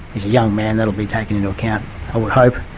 he's a young man, that'll be taken into account, i would hope.